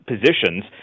positions